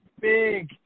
big